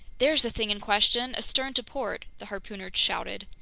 there's the thing in question, astern to port! the harpooner shouted.